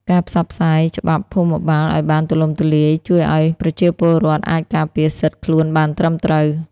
ការផ្សព្វផ្សាយច្បាប់ភូមិបាលឱ្យបានទូលំទូលាយ ជួយឱ្យប្រជាពលរដ្ឋអាចការពារសិទ្ធិខ្លួនបានត្រឹមត្រូវ។